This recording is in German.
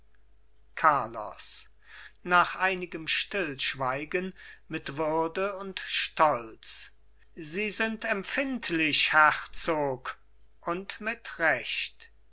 carlos nach einigem stillschweigen mit würde und stolz sie sind empfindlich herzog und mit recht